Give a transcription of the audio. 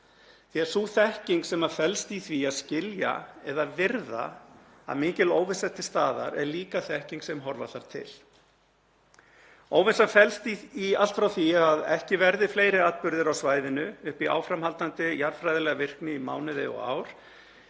Sú þekking sem felst í því að skilja eða virða að mikil óvissa sé til staðar er líka þekking sem horfa þarf til. Óvissan felst allt frá því að ekki verði fleiri atburðir á svæðinu upp í áframhaldandi jarðfræðilega virkni í mánuði og ár,